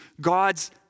God's